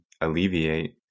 alleviate